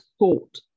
thought